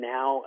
Now